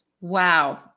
Wow